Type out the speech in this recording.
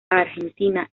argentina